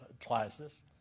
classes